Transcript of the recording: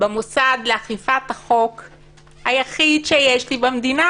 במוסד לאכיפת החוק היחיד שיש לי במדינה.